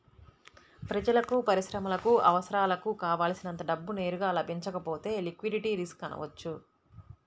ప్రజలకు, పరిశ్రమలకు అవసరాలకు కావల్సినంత డబ్బు నేరుగా లభించకపోతే లిక్విడిటీ రిస్క్ అనవచ్చు